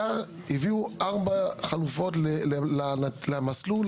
הביאו ארבע חלופות למסלול,